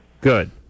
Good